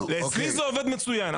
אצלי זה עובד מצוין.